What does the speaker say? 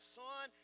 son